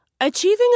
Achieving